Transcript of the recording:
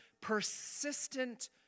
persistent